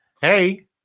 hey